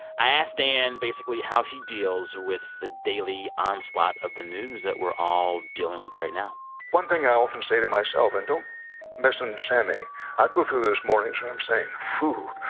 i asked dan, basically, how he deals with the daily onslaught of the news that we're all dealing with right now one thing i often say to myself and don't misunderstand me i go through those mornings where i'm saying, ooh.